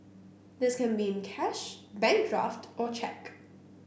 this can be in cash bank draft or cheque